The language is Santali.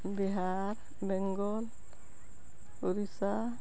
ᱵᱤᱦᱟᱨ ᱵᱮᱝᱜᱚᱞ ᱳᱲᱤᱥᱥᱟ